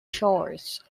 shores